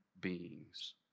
beings